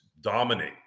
dominate